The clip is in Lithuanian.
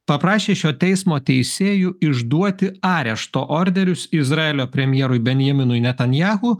paprašė šio teismo teisėjų išduoti arešto orderius izraelio premjerui benjaminui netanyahu